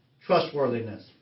trustworthiness